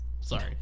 Sorry